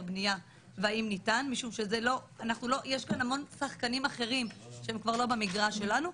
בנייה והאם ניתן משום שיש כאן המון שחקנים אחרים שהם כבר לא במגרש שלנו.